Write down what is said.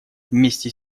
вместе